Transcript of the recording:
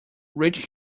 rich